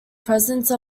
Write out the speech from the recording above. presence